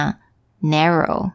Narrow